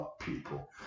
people